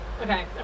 Okay